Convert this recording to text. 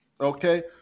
okay